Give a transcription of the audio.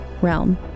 Realm